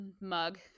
mug